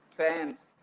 fans